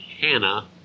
Hannah